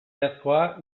iazkoa